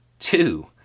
Two